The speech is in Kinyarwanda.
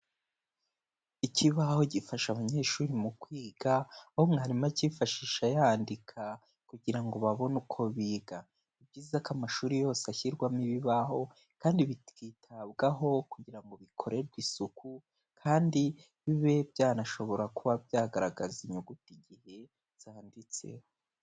Ikibaho gifasha abanyeshuri mu kwiga aho mwarimu akifashisha yandika kugira ngo babone uko biga. Ni byiza ko amashuri yose ashyirwamo ibibaho kandi bikitabwaho kugira ngo bikorerwe isuku, kandi bibe byanashobora kuba byagaragaza inyuguti igihe zanditseho.